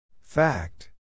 Fact